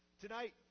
Tonight